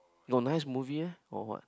got nice movie meh or what